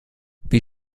wie